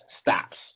stops